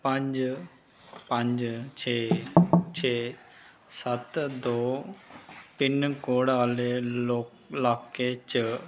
पंज पंज छे छे सत्त दो पिन कोड आह्ले लाके च